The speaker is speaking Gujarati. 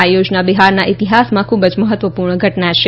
આ યોજના બિહારના ઇતિહાસમાં ખૂબ જ મહત્વપૂર્ણ ઘટના છે